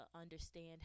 understand